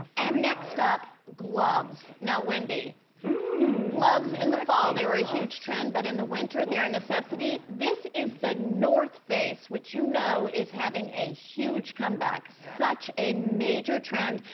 and next up gloves. now, wendy gloves in the fall and they were a huge trend. but in the winter they're a necessity. this is the north face, which you know is having a huge comeback, such a major trend.